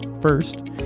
First